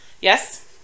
Yes